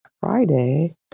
Friday